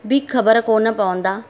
बि ख़बर कोन पवंदा